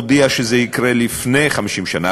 אני מודיע שזה יקרה לפני שיעברו 50 שנה.